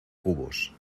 cubos